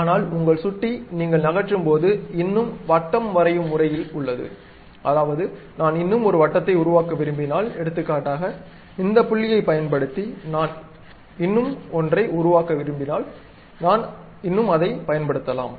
ஆனால் உங்கள் சுட்டி நீங்கள் நகற்றும் போது இன்னும் வட்டம் வரையும் முறையில் உள்ளது அதாவது நான் இன்னும் ஒரு வட்டத்தை உருவாக்க விரும்பினால் எடுத்துக்காட்டாக இந்த புள்ளியைப் பயன்படுத்தி நான் இன்னும் ஒன்றை உருவாக்க விரும்பினால் நான் இன்னும் அதைப் பயன்படுத்தலாம்